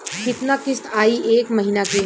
कितना किस्त आई एक महीना के?